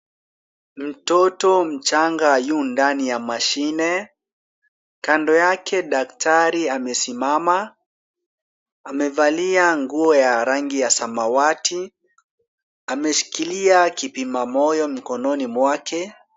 Mtoto mchanga yu ndani ya mashine, kando yake daktari amesimama. Amevalia nguo ya rangi ya samawati, ameshikilia kipima moyo mkononi mwake.